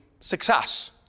success